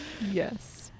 yes